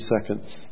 seconds